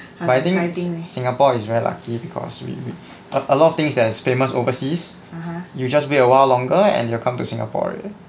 but I think singapore is very lucky because we we a a lot of things that is famous overseas you just wait awhile longer and they will come to singapore already